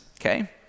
okay